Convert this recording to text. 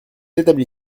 établi